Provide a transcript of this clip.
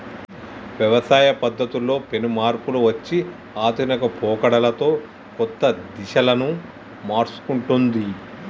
వ్యవసాయ పద్ధతుల్లో పెను మార్పులు వచ్చి ఆధునిక పోకడలతో కొత్త దిశలను మర్సుకుంటొన్ది